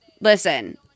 listen